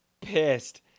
pissed